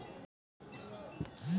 KYC कायले म्हनते?